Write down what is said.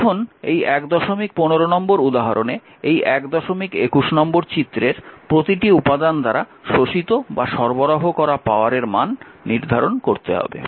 এখন এই 115 নম্বর উদাহরণে এই 121 নম্বর চিত্রের প্রতিটি উপাদান দ্বারা শোষিত বা সরবরাহ করা পাওয়ারের মান নির্ধারণ করতে হবে